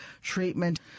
treatment